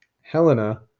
helena